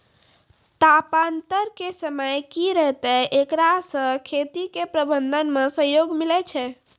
तापान्तर के समय की रहतै एकरा से खेती के प्रबंधन मे सहयोग मिलैय छैय?